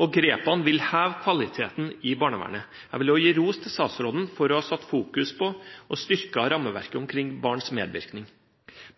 og grepene vil heve kvaliteten i barnevernet. Jeg vil også gi ros til statsråden for å ha satt fokus på og styrket rammeverket omkring barns medvirkning.